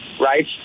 right